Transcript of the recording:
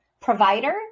provider